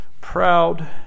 proud